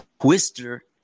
Twister